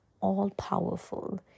all-powerful